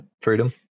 freedom